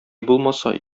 булмаса